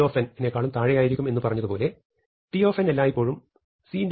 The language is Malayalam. g നേക്കാളും താഴെയായിരിക്കും എന്നു പറഞ്ഞതുപോലെ t എല്ലായ്പ്പോഴും c